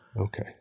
Okay